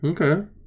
okay